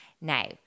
Now